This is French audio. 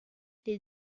les